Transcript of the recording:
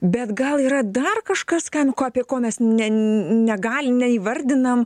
bet gal yra dar kažkas kam ko apie ko mes ne negali neįvardinam